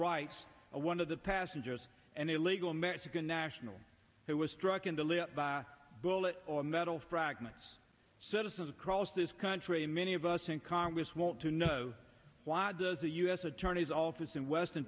rights of one of the passengers an illegal mexican national who was struck in the lip by bullet or metal fragments citizens across this country and many of us in congress want to know why does the u s attorney's office in western